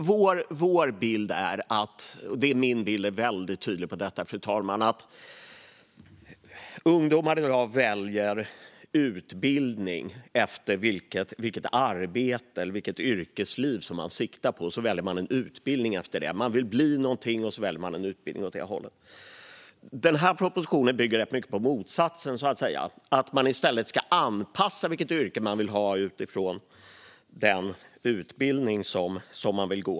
Vår bild - min bild är väldig tydlig när det gäller detta - är att ungdomar i dag väljer utbildning efter vilket arbete eller yrkesliv man siktar på. Man vill bli någonting och väljer en utbildning i den riktningen. Propositionen bygger ganska mycket på motsatsen, på att man i stället ska anpassa vilket yrke man vill ha utifrån den utbildning man vill gå.